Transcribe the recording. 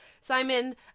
Simon